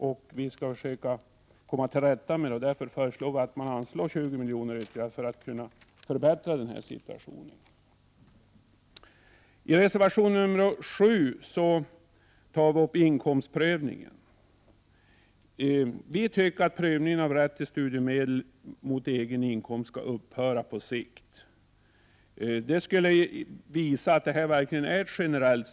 För att komma till rätta med detta föreslår vi att man anslår ytterligare 20 milj.kr. för att förbättra den här situationen. I reservation nr 7 tar vi upp inkomstprövningen. Vi tycker att prövning mot egen inkomst om rätt till studiemedel bör upphöra på sikt. Det skulle visa att systemet verkligen är generellt.